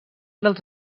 dels